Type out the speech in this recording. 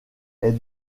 est